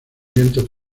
vientos